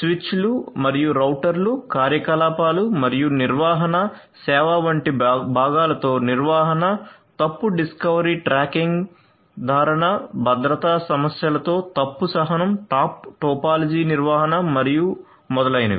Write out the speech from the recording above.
స్విచ్లు మరియు రౌటర్లు కార్యకలాపాలు మరియు నిర్వహణ సేవావంటి భాగాలతోనిర్వహణ తప్పు డిస్కవరీ ట్రాకింగ్సాధారణ భద్రతా సమస్యలలో తప్పు సహనం టాప్ టోపాలజీ నిర్వహణ మరియు మొదలైనవి